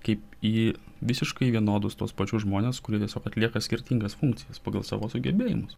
kaip į visiškai vienodus tuos pačius žmones kurie tiesiog atlieka skirtingas funkcijas pagal savo sugebėjimus